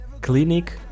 clinic